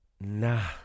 nah